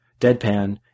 Deadpan